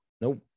nope